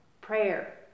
prayer